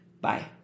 Bye